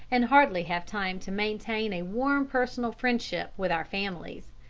and hardly have time to maintain a warm personal friendship with our families.